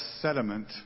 sediment